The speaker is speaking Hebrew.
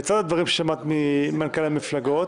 לצד הדברים ששמעת ממנכ"לי המפלגות,